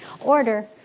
order